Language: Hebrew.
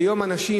היום אנשים,